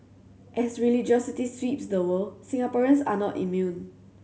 as religiosity sweeps the world Singaporeans are not immune